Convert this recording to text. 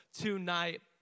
tonight